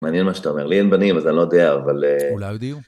מעניין מה שאתה אומר, לי אין בנים, אז אני לא יודע, אבל... אולי הודיעו.